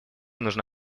нужно